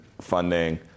funding